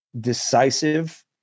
decisive